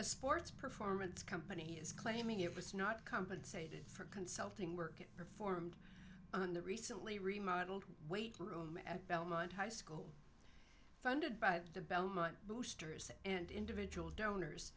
a sports performance company is claiming it was not compensated for consulting work performed on the recently remodeled weight room at belmont high school funded by the belmont boosters and individual donors